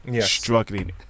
struggling